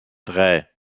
drei